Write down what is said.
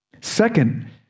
Second